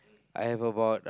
I have about